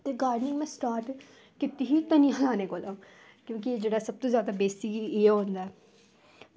ते गेर्डनिंग में स्टार्ट कीती ही तन्हाने कोला क्योंकि सब तू जादै बेसिक एह् होंदा